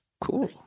cool